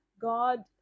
God